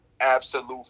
absolute